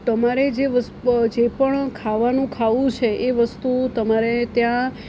તમારે જે જે પણ ખાવાનું ખાવું છે એ વસ્તુ તમારે ત્યાં